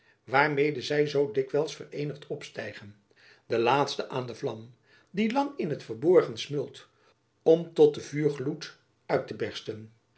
waarmede zy zoo dikwijls vereenigd opstijgen de laatsten aan de vlam die lang in t verborgen smeult om tot een vuurgloed uit te